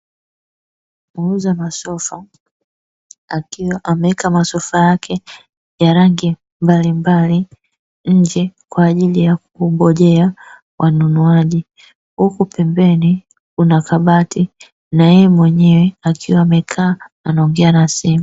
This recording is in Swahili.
Muuza masofa akiwa ameweka masofa yake ya rangi mbalimbali nje kwa ajili ya kungojea wanunuaji, huku pembeni kuna kabati na yeye mwenyewe akiwa amekaa anaongea na simu.